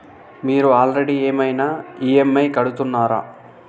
మీరు ఆల్రెడీ ఏమైనా ఈ.ఎమ్.ఐ కడుతున్నారా?